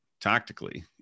tactically